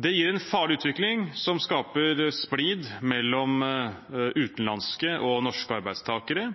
Det gir en farlig utvikling som skaper splid mellom utenlandske og norske arbeidstakere.